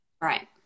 Right